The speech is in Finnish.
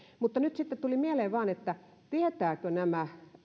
nyt sitten tuli mieleen vain tietävätkö nämä